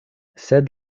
sed